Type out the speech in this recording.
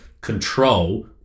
control